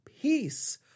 peace